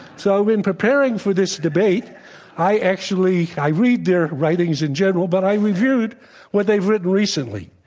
so, in preparing for this debate i actually i read their writings in general but i reviewed what they've written recently.